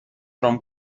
from